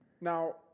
Now